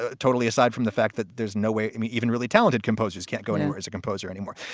ah totally. aside from the fact that there's no way i mean, even really talented composers can't go anywhere as a composer anymore.